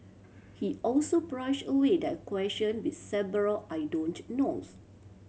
he also brushed away their question with several I don't knows